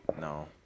No